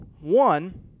One